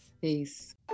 Peace